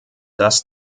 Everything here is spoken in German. das